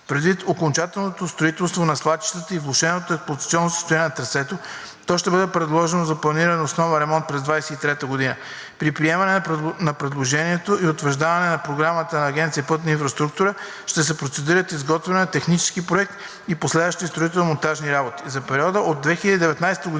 Предвид окончателното строителство на свлачищата и влошеното експлоатационно състояние на трасето, то ще бъде предложено за планиране на основен ремонт през 2023 г. При приемане на предложението и утвърждаване на програмата на Агенция „Пътна инфраструктура“ ще се процедират изготвяне на технически проект и последващи строително-монтажни работи. За периода от 2019 г.